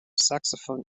saxophone